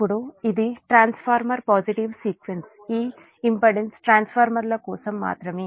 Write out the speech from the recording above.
ఇప్పుడు ఇది transformer positive sequence ఈ ఇంపెడెన్స్ ట్రాన్స్ఫార్మర్ కోసం మాత్రమే